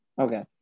Okay